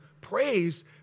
praise